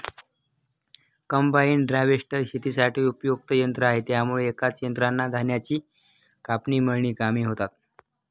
combine harvester शेतीसाठी उपयुक्त यंत्र आहे त्यामुळे एकाच यंत्रात धान्याची कापणी, मळणी कामे होतात